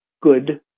good